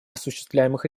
осуществляемых